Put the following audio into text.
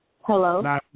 Hello